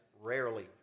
rarely